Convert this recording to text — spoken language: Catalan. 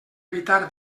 evitar